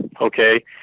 Okay